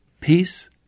peace